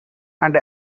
and